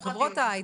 עם חברות ההייטק.